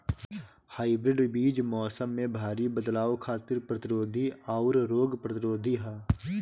hybrid बीज मौसम में भारी बदलाव खातिर प्रतिरोधी आउर रोग प्रतिरोधी ह